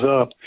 up